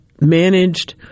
managed